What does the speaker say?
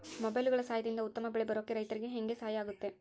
ಮೊಬೈಲುಗಳ ಸಹಾಯದಿಂದ ಉತ್ತಮ ಬೆಳೆ ಬರೋಕೆ ರೈತರಿಗೆ ಹೆಂಗೆ ಸಹಾಯ ಆಗುತ್ತೆ?